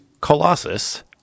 Colossus